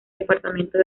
departamento